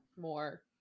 more